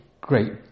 great